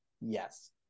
yes